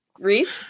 Reese